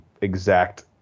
exact